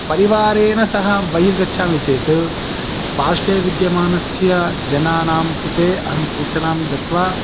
परिवारेण सह बहिर्गच्छामि चेत् पार्श्वे विद्यमानस्य जनानां कृते अहं सूचनां दत्वा